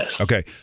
Okay